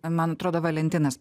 man atrodo valentinas